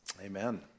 Amen